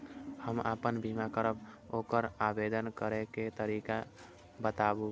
हम आपन बीमा करब ओकर आवेदन करै के तरीका बताबु?